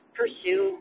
pursue